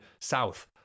south